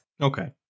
Okay